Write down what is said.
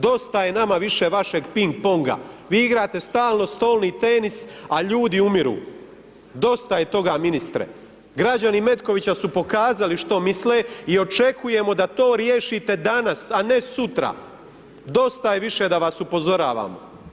Dosta nama više vašeg ping ponga, vi igrate stalno stolni tenis, a ljudi umiru, dosta je toga ministre, građani Metkovića su pokazali što misle i očekujemo da to riješite danas, a ne sutra, dosta je više da vas upozoravamo.